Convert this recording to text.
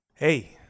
Hey